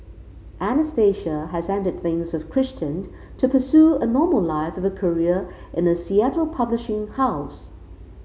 Anastasia has ended things with Christian to pursue a normal life with a career in a Seattle publishing house